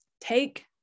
take